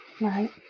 Right